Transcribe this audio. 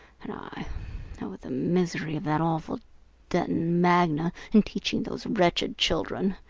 and i oh, the misery of that awful detton magna and teaching those wretched children!